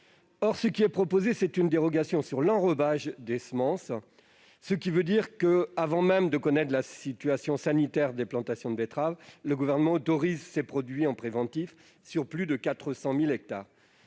Or, ce qui nous est proposé, c'est une dérogation sur l'enrobage des semences. En d'autres termes, avant même de connaître la situation sanitaire des plantations de betteraves, le Gouvernement autorise ces produits en préventif sur plus de 400 000 hectares